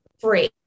free